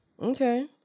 Okay